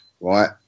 Right